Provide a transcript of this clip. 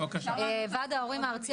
ועד ההורים הארצי,